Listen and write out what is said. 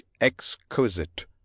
exquisite